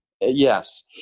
Yes